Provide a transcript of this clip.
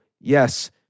yes